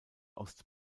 ost